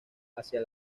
hacia